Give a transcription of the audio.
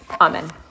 Amen